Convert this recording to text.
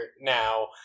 now